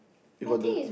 you got the